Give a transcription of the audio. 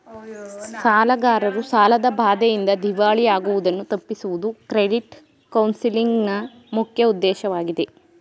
ಸಾಲಗಾರರು ಸಾಲದ ಬಾಧೆಯಿಂದ ದಿವಾಳಿ ಆಗುವುದನ್ನು ತಪ್ಪಿಸುವುದು ಕ್ರೆಡಿಟ್ ಕೌನ್ಸಲಿಂಗ್ ನ ಮುಖ್ಯ ಉದ್ದೇಶವಾಗಿದೆ